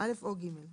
או (ג).